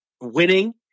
winning